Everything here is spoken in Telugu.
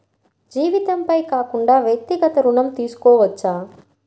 జీతంపై కాకుండా వ్యక్తిగత ఋణం తీసుకోవచ్చా?